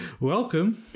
Welcome